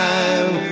Time